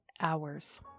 hours